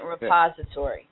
repository